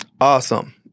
awesome